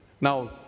Now